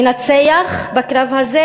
ינצח בקרב הזה?